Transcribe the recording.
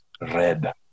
red